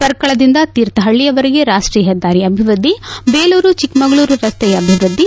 ಪರ್ಕಳದಿಂದ ತೀರ್ಥಹಳ್ಳವರೆಗೆ ರಾಷ್ಟೀಯ ಹೆದ್ದಾರಿ ಅಭಿವೃದ್ಧಿ ಬೇಲೂರು ಚಿಕ್ಕಮಗಳೂರು ರಸ್ತೆ ಅಭಿವೃದ್ಧಿ